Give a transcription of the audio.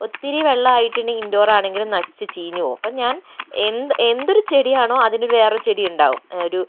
ഒത്തിരി വെള്ളം ആയിട്ടുണ്ടെങ്കിൽ ഇൻഡോർ ആണെങ്കിലും നശിച്ച് ചീഞ്ഞു പോവും അപ്പം ഞാൻ എന്തൊരു ചെടിയാണോ അതിനു വേറെ ഒരു ചെടിയുണ്ടാവും ഒരു